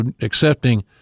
accepting